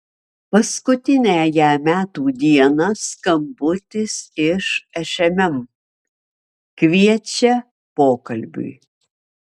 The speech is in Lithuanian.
paskutiniąją metų dieną skambutis iš šmm kviečia pokalbiui